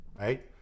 right